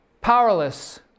powerless